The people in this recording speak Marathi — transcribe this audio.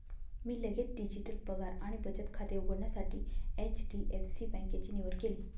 मी लगेच डिजिटल पगार आणि बचत खाते उघडण्यासाठी एच.डी.एफ.सी बँकेची निवड केली